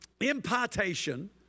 impartation